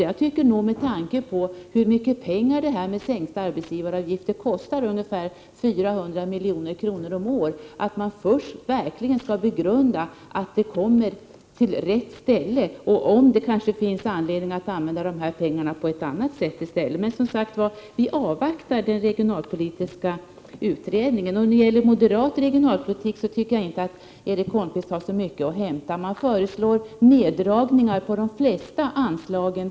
Jag tycker nog, med tanke på hur mycket pengar sänkta arbetsgivaravgifter kostar — ungefär 400 milj.kr. om året — att man först skall begrunda om denna minskade avgift verkligen kommer rätt ställe till godo eller om det finns anledning att använda pengarna på något annat sätt. Men som sagt var vill vi avvakta den regionalpolitiska utredningen. När det gäller moderat regionalpolitik tycker jag inte att Erik Holmkvist har så mycket att komma med. Moderaterna föreslår neddragningar av de flesta anslagen.